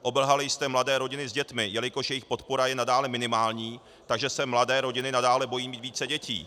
Obelhali jste mladé rodiny s dětmi, jelikož jejich podpora je nadále minimální, takže se mladé rodiny nadále bojí mít více dětí.